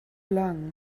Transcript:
long